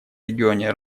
регионе